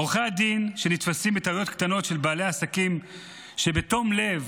עורכי הדין שנתפסים בטעויות קטנות של בעלי העסקים שבתום לב